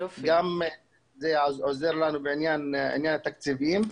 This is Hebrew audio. גם זה עוזר לנו בעניין התקציבים.